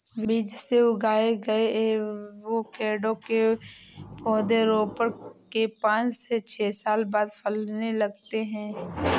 बीज से उगाए गए एवोकैडो के पौधे रोपण के पांच से छह साल बाद फलने लगते हैं